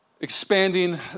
expanding